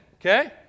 okay